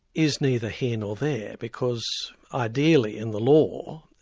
is neither here nor there, because ideally in the law,